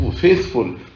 faithful